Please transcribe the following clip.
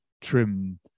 trim